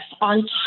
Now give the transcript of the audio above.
on